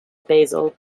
basal